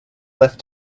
left